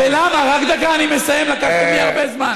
הוא בכה לי להיאבק עליו במשלחת.